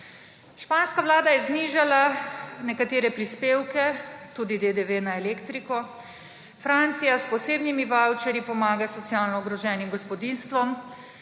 Španska vlada je znižala nekatere prispevke, tudi DDV na elektriko, Francija s posebnimi vavčerji pomaga socialno ogroženim gospodinjstvom,